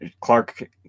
Clark